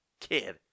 kid